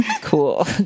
cool